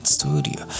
studio